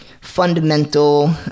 fundamental